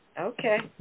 Okay